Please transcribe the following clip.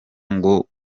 ngo